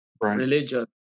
religion